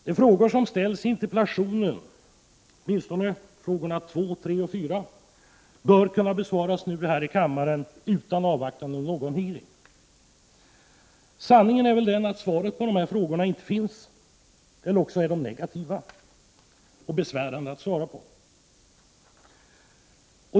De frågor som ställs i interpellationen, åtminstone frågorna 2, 3 och 4, bör kunna besvaras i kammaren nu, utan avvaktan av någon hearing. Sanningen är väl att svaren på de här frågorna inte finns eller också är de negativa och besvärande att avge.